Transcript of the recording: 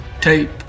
tape